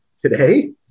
today